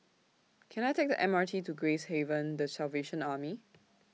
Can I Take The M R T to Gracehaven The Salvation Army